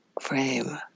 frame